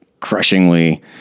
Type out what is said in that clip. crushingly